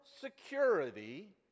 security